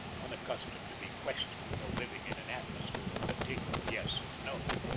unaccustomed to be questioned, though living in an atmosphere of continual yes and no,